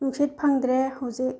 ꯅꯨꯡꯁꯤꯠ ꯐꯪꯗ꯭ꯔꯦ ꯍꯧꯖꯤꯛ